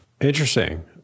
Interesting